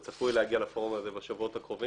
הוא צפוי להגיע לפורום הזה בשבועות הקרובים,